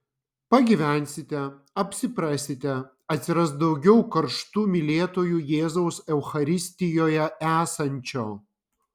pagyvensite apsiprasite atsiras daugiau karštų mylėtojų jėzaus eucharistijoje esančio